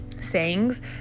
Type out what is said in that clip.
sayings